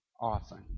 often